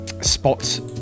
spots